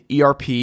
ERP